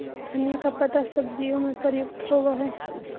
धनिया का पत्ता सब्जियों में प्रयुक्त होवअ हई